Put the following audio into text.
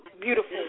beautiful